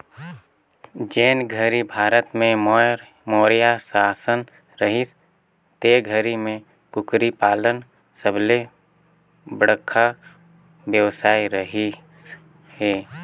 जेन घरी भारत में मौर्य सासन रहिस ते घरी में कुकरी पालन सबले बड़खा बेवसाय रहिस हे